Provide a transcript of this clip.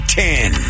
ten